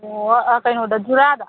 ꯑꯣ ꯑꯥ ꯀꯩꯅꯣꯗ ꯖꯔꯥꯗ